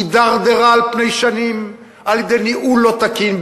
הידרדרה על פני שנים על-ידי ניהול לא תקין,